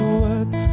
words